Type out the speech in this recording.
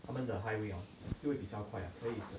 他们的 highway hor 就会比较快 ah 可以省